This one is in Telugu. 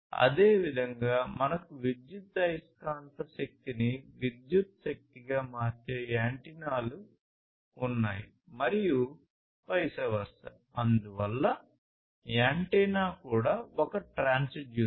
అదేవిధంగా మనకు విద్యుదయస్కాంత కూడా ట్రాన్స్డ్యూసెర్